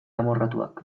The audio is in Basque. amorratuak